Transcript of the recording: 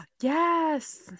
yes